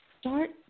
start